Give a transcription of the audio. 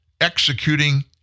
executing